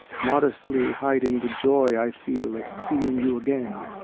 modestly hiding the joy i feel at seeing you again,